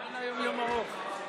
אין היום יום ארוך.